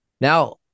Now